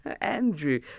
Andrew